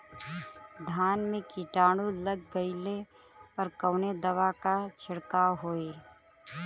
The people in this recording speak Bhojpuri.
धान में कीटाणु लग गईले पर कवने दवा क छिड़काव होई?